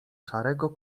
szarego